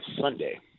Sunday